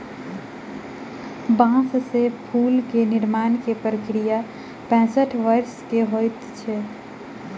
बांस से फूल निर्माण के प्रक्रिया पैसठ वर्ष के होइत अछि